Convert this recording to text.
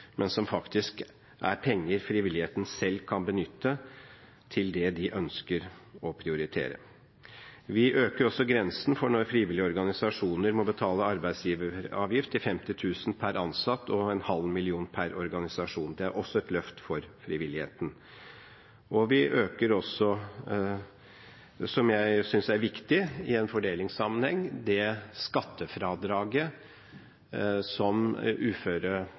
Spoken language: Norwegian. men som faktisk er penger frivilligheten selv kan benytte til det de ønsker å prioritere. Vi øker også grensen for når frivillige organisasjoner må betale arbeidsgiveravgift, til 50 000 kr per ansatt og 0,5 mill. kr per organisasjon. Det er også et løft for frivilligheten. Og vi øker også – noe jeg synes er viktig i en fordelingssammenheng – det skattefradraget som